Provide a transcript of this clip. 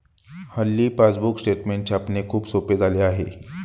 हल्ली passbook statement छापणे खूप सोपे झाले आहे